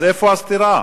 אז איפה הסתירה?